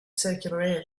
circular